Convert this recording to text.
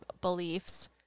beliefs